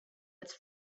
its